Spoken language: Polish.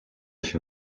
się